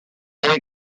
œil